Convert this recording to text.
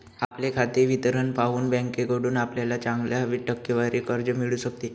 आपले खाते विवरण पाहून बँकेकडून आपल्याला चांगल्या टक्केवारीत कर्ज मिळू शकते